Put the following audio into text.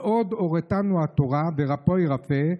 ועוד הורתנו התורה "ורפא ירפא",